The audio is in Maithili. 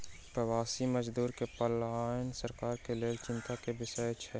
प्रवासी मजदूर के पलायन सरकार के लेल चिंता के विषय छल